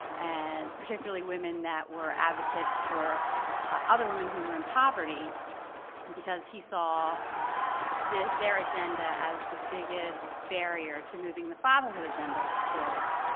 and particularly women that were advocates for other women who were in poverty and because he saw their agenda as the biggest barrier to moving the fatherhood agenda forward.